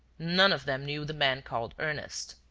none of them knew the man called ernest.